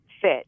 fit